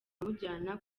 amujyana